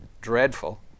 dreadful